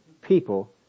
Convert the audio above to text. people